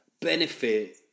benefit